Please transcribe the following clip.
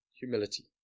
Humility